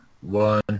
one